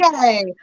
Yay